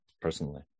personally